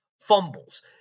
fumbles